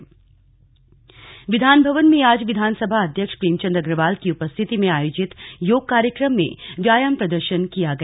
विधानभवन योग विधानभवन में आज विधानसभा अध्यक्ष प्रेमचंद अग्रवाल की उपस्थिति में आयोजित योग कार्यक्रम में व्यायाम प्रदर्शन किया गया